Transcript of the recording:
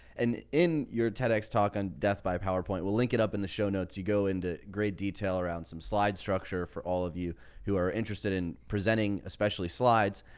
and in your tedx talk on death by powerpoint, we'll link it up in the show notes. you go into great detail around some slides, structure for all of you who are interested in presenting, especially slides.